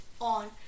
on